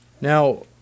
Now